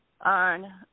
on